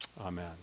Amen